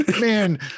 man